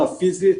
הפיזית,